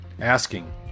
asking